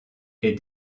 est